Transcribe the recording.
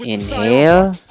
Inhale